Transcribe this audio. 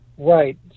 Right